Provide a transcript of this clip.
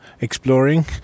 exploring